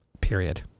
period